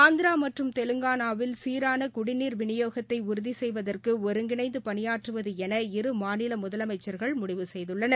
ஆந்திரா மற்றும் தெலங்கானாவில் சீரான குடிநீர் வினியோகித்தை உறுதி செய்வதற்கு ஒருங்கிணைந்து பணியாற்றுவது என இரு மாநில முதலமைச்சர்கள் முடிவு செய்துள்ளனர்